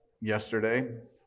yesterday